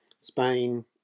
Spain